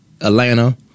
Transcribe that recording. Atlanta